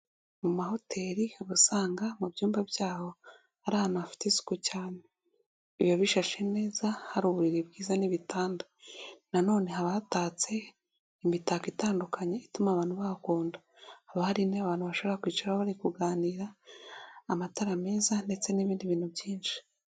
Mu mahoteli uba usanga mu byumba by'aho ari ahantu hafite isuku cyane, biba bishashe neza hari uburiri bwiza n'ibitanda, nanone haba hatatse imitako itandukanye ituma abantu bahakunda, haba hari intebe abantu bashobora kwicaraho bari kuganira, amatara meza ndetse n'ibindi bintu byinshi.